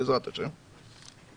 בעזרת השם.